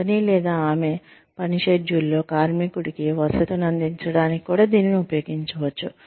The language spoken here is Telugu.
అతని లేదా ఆమె పని షెడ్యూల్లో కార్మికుడికి వశ్యతను అందించడానికి కూడా దీనిని ఉపయోగించవచ్చు